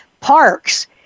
parks